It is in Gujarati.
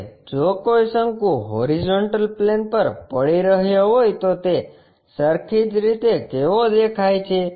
હવે જો કોઈ શંકુ હોરીઝોન્ટલ પ્લેન પર પડી રહ્યો હોય તો તે સરખી જ રીતે કેવો દેખાય છે